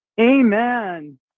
Amen